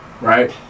right